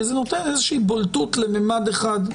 כי זה נותן איזושהי בולטות לממד אחד.